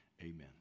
Amen